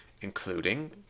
including